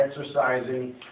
exercising